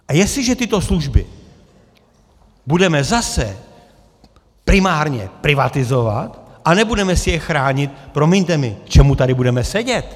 A jestliže tyto služby budeme zase primárně privatizovat a nebudeme si je chránit, promiňte mi, k čemu tady budeme sedět?